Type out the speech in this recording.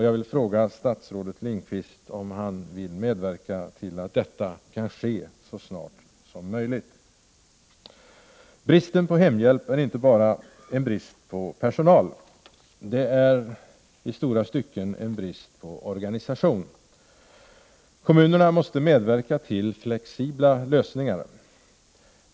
Jag vill fråga statsrådet Lindqvist om han vill medverka till att detta kan ske så snart som möjligt. Bristen på hemhjälp är inte bara en brist på personal. Det är i stora stycken en brist på organisation. Kommunerna måste medverka till flexibla lösningar.